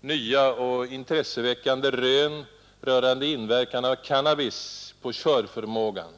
nya och intresseväckande rön rörande inverkan av cannabis på körförmågan.